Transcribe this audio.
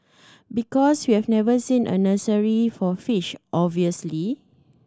because we've never seen a nursery for fish obviously